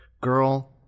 Girl